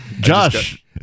Josh